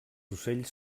ocells